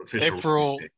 April